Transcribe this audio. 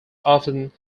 often